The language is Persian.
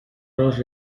راه